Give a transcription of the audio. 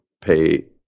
pay